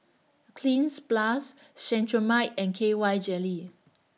Cleanz Plus Cetrimide and K Y Jelly